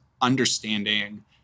understanding